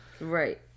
Right